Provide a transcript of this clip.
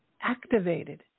activated